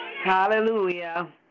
Hallelujah